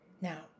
Now